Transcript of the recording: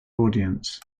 audience